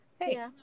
hey